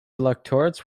electorates